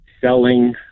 selling